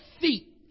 feet